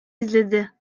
izledi